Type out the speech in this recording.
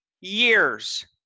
years